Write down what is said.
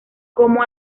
como